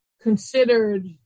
considered